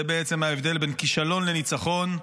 זה בעצם ההבדל בין כישלון לניצחון,